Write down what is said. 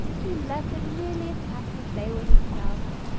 he left them nearly as happy as they were themselves.